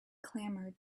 clamored